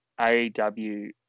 AEW